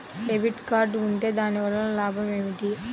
Debit card ఉంటే దాని వలన లాభం ఏమిటీ?